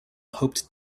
hoped